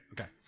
Okay